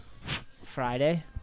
Friday